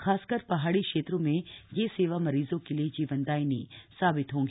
खासकर पहाड़ी क्षेत्रों में यह सेवा मरीजों के लिए जीवनदायिनी साबित होंगी